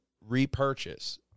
repurchase